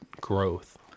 growth